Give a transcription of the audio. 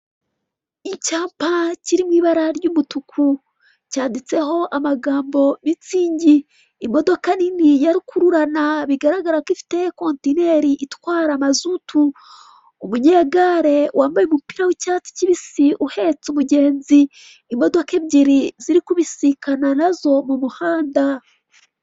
Icyapa kiri mu ibara ry'umutuku, cyanditseho amagambo mitsingi, imodoka nini ya rukururana bigaragara ko ifite kontineri itwara mazutu, umunyegare wambaye umupira w'icyatsi kibisi, uhetse umugenzi, imodoka ebyiri ziri kubisikana na zo mu muhanda.